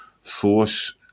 force